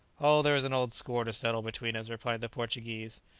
oh, there is an old score to settle between us, replied the portuguese.